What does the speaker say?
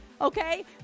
Okay